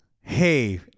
hey